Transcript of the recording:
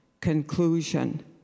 conclusion